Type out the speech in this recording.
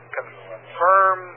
Confirm